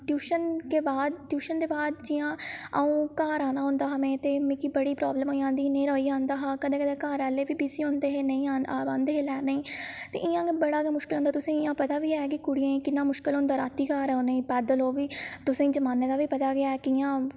tuition के बाद tuition दे बाद जियां अ'ऊं घर आना होंदा हा में ते मिगी बड़ी प्राब्लम होई जंदी ही न्हेरा होई जंदा हा कदें कदें घरै आह्ले बी बिजी होंदे हे नेईं आई पांदे हे लैने गी ते इ'यां गै बड़ा गै मुस्कल होंदा हा तुसेंगी पता बी ऐ कि कुड़ियें गी किन्ना मुश्कल होंदा घर आने गी पैदल ओह् बी तुसेंगी जमान्ने दा बी पता गै ऐ कि'यां